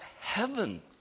heaven